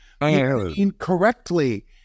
incorrectly